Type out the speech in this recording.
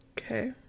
Okay